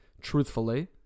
truthfully